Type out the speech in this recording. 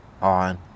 on